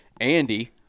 Andy